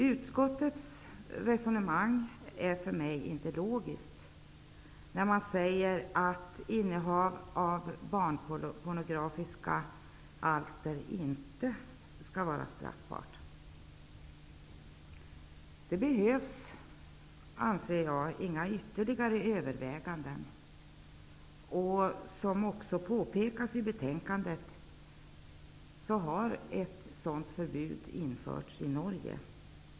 Utskottets resonemang är för mig inte logiskt när man säger att innehav av barnpornografiska alster inte skall vara straffbart. Jag anser att det inte behövs några ytterligare överväganden. Som också påpekas i betänkandet har ett sådant förbud införts i Norge.